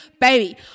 baby